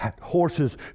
horses